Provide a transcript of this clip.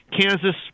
Kansas